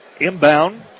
Inbound